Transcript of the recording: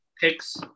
picks